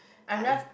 unless